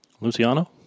Luciano